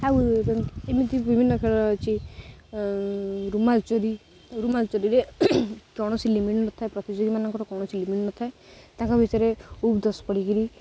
ଆଉ ଏମିତି ବିଭିନ୍ନ ଖେଳ ଅଛି ରୁମାଲ୍ ଚୋରି ରୁମାଲ୍ ଚୋରିରେ କୌଣସି ଲିମିଟ୍ ନଥାଏ ପ୍ରତିଯୋଗୀ ମାନଙ୍କର କୌଣସି ଲିମିଟ୍ ନଥାଏ ତାଙ୍କ ବିଷୟରେ ଉପଦେଶ ପଢ଼ିକିରି